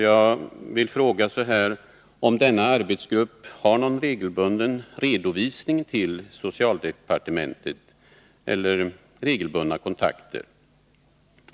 Jag vill fråga om denna arbetsgrupp lämnar någon regelbunden redovisning till eller har regelbundna kontakter med socialdepartementet.